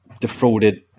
Defrauded